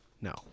No